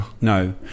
No